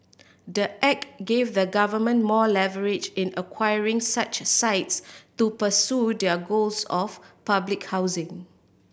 the act gave the government more leverage in acquiring such sites to pursue their goals of public housing